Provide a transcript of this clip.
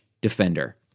Defender